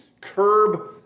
curb